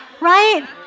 right